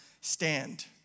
stand